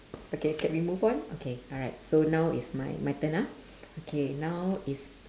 okay can we move on okay alright so now it's my my turn ah okay now is